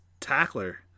tackler